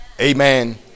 Amen